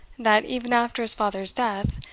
that, even after his father's death,